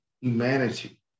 humanity